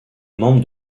membre